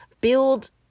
build